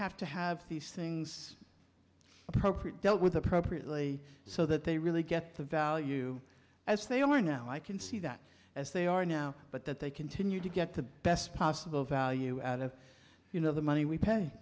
have to have these things appropriate dealt with appropriately so that they really get the value as they are now i can see that as they are now but that they continue to get the best possible value out of you know the money we pay